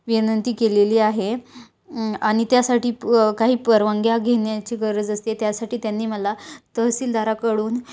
विनंती केलेली आहे आणि त्यासाठी पण काही परवानग्या घेण्याची गरज असते त्यासाठी त्यांनी मला तहसीलदाराकडून